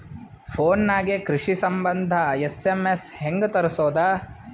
Phone ನಾಗೆ ಕೃಷಿ ಸಂಬಂಧ ಎಸ್.ಎಮ್.ಎಸ್ ಹೆಂಗ ತರಸೊದ?